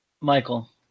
Michael